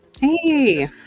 Hey